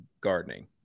gardening